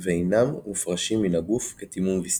ואינם מופרשים מן הגוף כדימום וסתי.